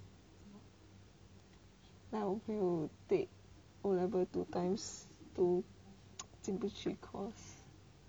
like 我朋友 take 那个 o level two times 都进不去 cause